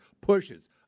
pushes